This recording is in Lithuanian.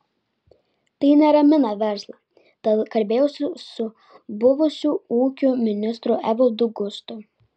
tai neramina verslą tad kalbėjausi su buvusiu ūkio ministru evaldu gustu